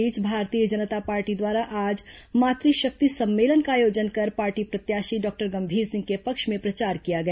इस बीच भारतीय जनता पार्टी द्वारा आज मातृशक्ति सम्मेलन का आयोजन कर पार्टी प्रत्याशी डॉक्टर गंभीर सिंह के पक्ष में प्रचार किया गया